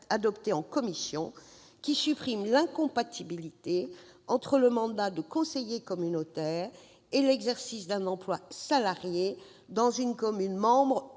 adoptée en commission qui supprime l'incompatibilité entre le mandat de conseiller communautaire et l'exercice d'un emploi salarié dans une commune membre